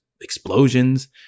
explosions